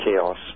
chaos